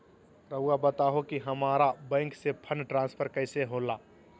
राउआ बताओ कि हामारा बैंक से फंड ट्रांसफर कैसे होला?